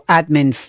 Admin